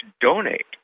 donate